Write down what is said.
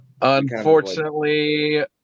Unfortunately